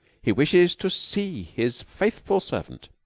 he wishes to see his faithful servant.